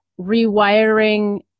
rewiring